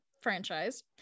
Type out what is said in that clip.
franchise